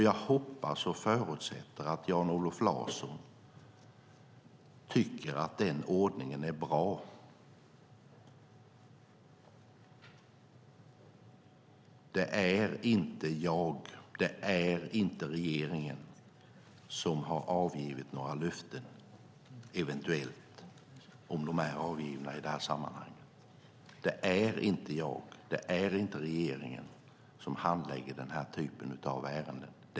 Jag hoppas och förutsätter att Jan-Olof Larsson tycker att den ordningen är bra. Det är inte jag, och det är inte regeringen som har avgivit några löften - om de är avgivna i detta sammanhang. Det är inte jag, och det är inte regeringen som handlägger denna typ av ärenden.